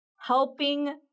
helping